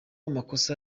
amakosa